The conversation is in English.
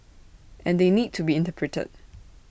and they need to be interpreted